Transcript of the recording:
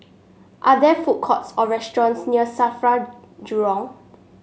are there food courts or restaurants near Safra Jurong